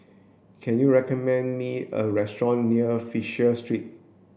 can you recommend me a restaurant near Fisher Street